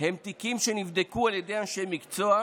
הם תיקים שנבדקו על ידי אנשי מקצוע,